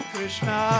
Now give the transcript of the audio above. Krishna